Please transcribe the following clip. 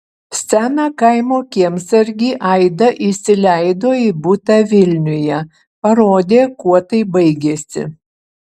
seną kaimo kiemsargį aida įsileido į butą vilniuje parodė kuo tai baigėsi